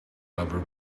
rubber